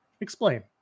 explain